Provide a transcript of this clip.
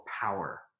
power